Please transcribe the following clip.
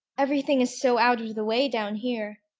everything is so out-of-the-way down here,